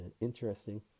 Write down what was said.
interesting